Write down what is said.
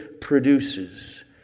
produces